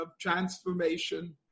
transformation